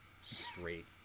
straight